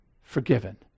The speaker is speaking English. forgiven